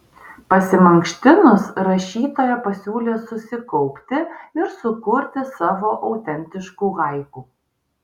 pasimankštinus rašytoja pasiūlė susikaupti ir sukurti savo autentiškų haiku